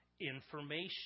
information